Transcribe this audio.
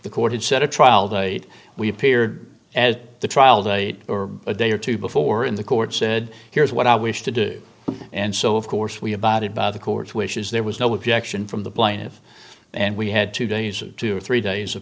the court had set a trial date we appeared as the trial date or a day or two before in the court said here's what i wish to do and so of course we abided by the court's wishes there was no objection from the plaintiff and we had two days two or three days of